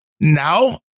now